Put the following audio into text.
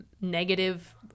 negative